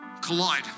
collide